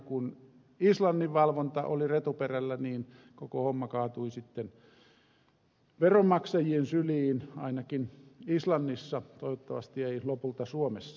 kun islannin valvonta oli retuperällä niin koko homma kaatui sitten veronmaksajien syliin ainakin islannissa toivottavasti ei lopulta suomessa